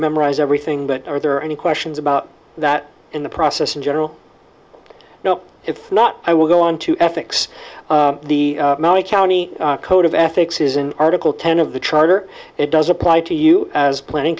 memorize everything but are there any questions about that in the process in general no if not i will go on to ethics the county code of ethics is an article ten of the charter it does apply to you as planning